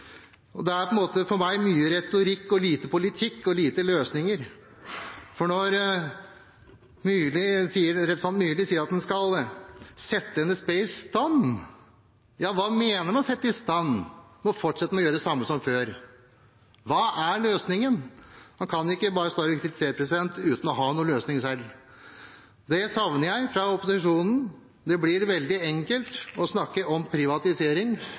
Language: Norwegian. Det blir for meg mye retorikk og lite politikk og få løsninger. Representanten Myrli sier at man skal «sette NSB i stand», men hva mener man med «å sette i stand» når man fortsetter å gjøre det samme som før? Hva er løsningen? Man kan ikke bare stå her og kritisere uten å ha noen løsning selv. Det savner jeg fra opposisjonen. Det blir veldig enkelt å snakke om privatisering